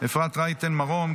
אפרת רייטן מרום,